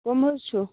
کٕم حظ چھِو